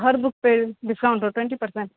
हर book पे discount है twenty percent